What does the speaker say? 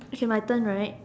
okay my turn right